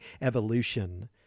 evolution